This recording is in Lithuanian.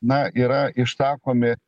na yra išsakomi